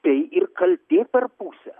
tai ir kaltė per pusę